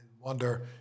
wonder